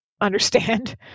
understand